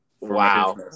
Wow